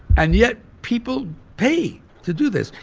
and yet people pay to do this.